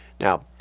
Now